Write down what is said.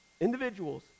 individuals